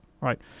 Right